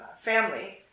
family